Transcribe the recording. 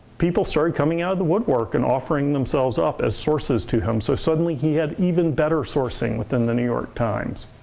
people started coming out of the woodwork and offering themselves up as sources to him, so suddenly he had even better sourcing within the new york times.